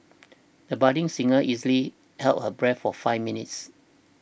the budding singer easily held her breath for five minutes